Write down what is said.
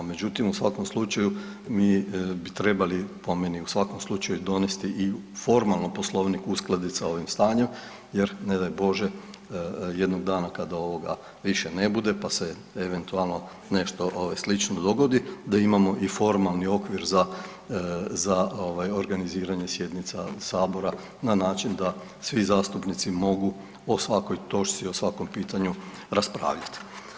Međutim, u svakom slučaju mi bi trebali, po meni, u svakom slučaju donesi i formalno Poslovnik uskladit s ovim stanjem jer ne daj Bože kada ovoga više ne bude pa se eventualno nešto slično dogodi da imamo i formalni okvir za, za ovaj organiziranje sjednica sabora na način da svi zastupnici mogu o svakoj točci, o svakom pitanju raspravljati.